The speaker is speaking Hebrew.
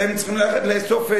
אתם צריכים ללכת לאסוף,